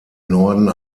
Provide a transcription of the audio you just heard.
norden